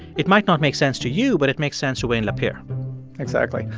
it might not make sense to you, but it makes sense to wayne lapierre exactly.